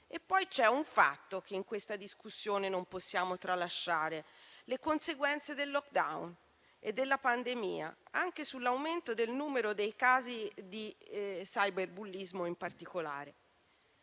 c'è un fatto che in questa discussione non possiamo tralasciare: le conseguenze del *lockdown* e della pandemia anche sull'aumento del numero dei casi di cyberbullismo, in particolare.